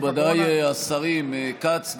מכובדיי השרים כץ,